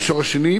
המישור השני,